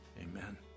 Amen